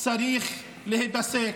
צריך להיפסק.